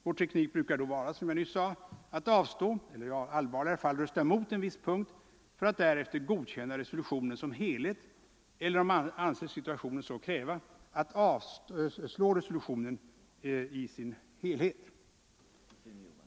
Vår teknik brukar då vara att avstå eller i allvarliga fall rösta mot en viss punkt för att därefter godkänna resolutionen som helhet eller, om man anser situationen så kräva, att avslå resolutionen i dess helhet.